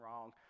wrong